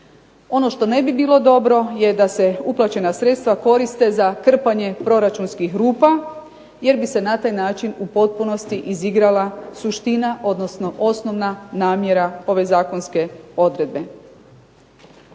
Ono što ne bi bilo dobro je da se uplaćena sredstva koriste za krpanje proračunskih rupa, jer bi se na taj način u potpunosti izigrala suština, odnosno osnovna namjera ove zakonske odredbe.